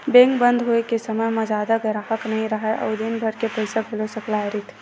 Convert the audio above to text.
bank बंद होए के समे म जादा गराहक नइ राहय अउ दिनभर के पइसा घलो सकलाए रहिथे